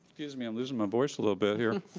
excuse me i'm losing my voice a little bit here.